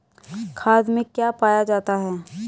खाद में क्या पाया जाता है?